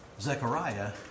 Zechariah